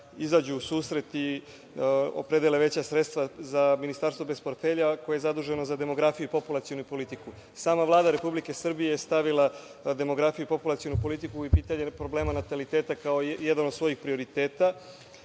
izađu u susret i opredele veća sredstva za Ministarstvo bez portfelja koje je zaduženo za demografiju i populacionu politiku. Sama Vlada Republike Srbije je stavila demografiju i populacionu politiku i pitanje problema nataliteta kao jedan od svojih prioriteta,